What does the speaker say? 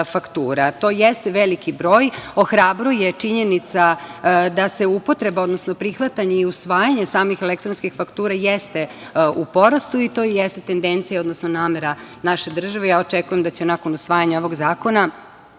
To jeste veliki broj. Ohrabruje činjenica da se upotreba, odnosno prihvatanje i usvajanje samih elektronskih faktura jeste u porastu i to jeste tendencija, odnosno namera naše države i očekujem da će, nakon usvajanja ovog zakona,